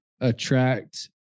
attract